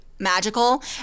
Magical